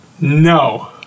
No